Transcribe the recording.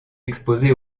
exposé